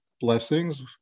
blessings